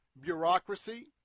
bureaucracy